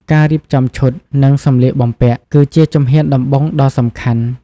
ការរៀបចំឈុត និងសម្លៀកបំពាក់ គឺជាជំហានដំបូងដ៏សំខាន់។